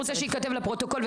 אני רוצה שייכתב לפרוטוקול,